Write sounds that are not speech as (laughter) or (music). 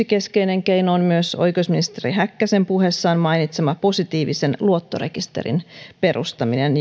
(unintelligible) keskeinen keino on myös oikeusministeri häkkäsen puheessaan mainitsema positiivisen luottorekisterin perustaminen (unintelligible)